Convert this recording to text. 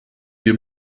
wir